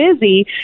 busy